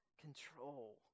control